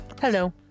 Hello